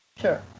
Sure